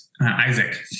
Isaac